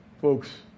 folks